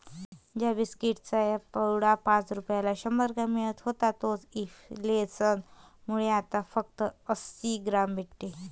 ज्या बिस्कीट चा पुडा पाच रुपयाला शंभर ग्राम मिळत होता तोच इंफ्लेसन मुळे आता फक्त अंसी ग्राम भेटते